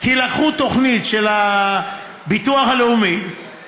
כי לקחו תוכנית של הביטוח הלאומי,